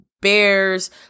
Bears